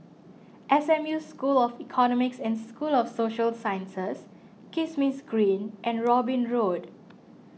S M U School of Economics and School of Social Sciences Kismis Green and Robin Road